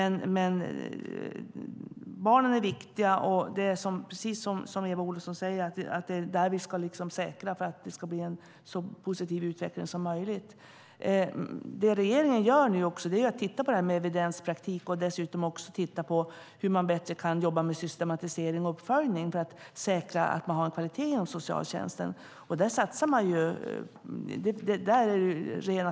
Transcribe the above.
Barnen är viktiga, och precis som Eva Olofsson säger är det där vi ska säkra så att det blir en så positiv utveckling som möjligt. Det regeringen gör nu är att titta på det här med evidenspraktik och dessutom titta på hur man bättre kan jobba med systematisering och uppföljning för att säkra att man har kvalitet inom socialtjänsten.